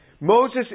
Moses